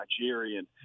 Nigerian